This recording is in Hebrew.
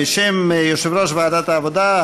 בשם יושב-ראש ועדת העבודה,